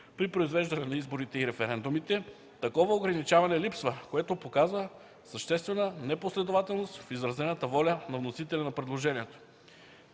при произвеждане на изборите и референдумите?” такова ограничаване липсва, което показва съществена непоследователност в изразената воля на вносителя на предложението.